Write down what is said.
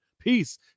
peace